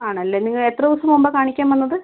ആണല്ലേ നിങ്ങളെത്ര ദിവസം മുമ്പാണ് കാണിക്കാൻ വന്നത്